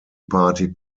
party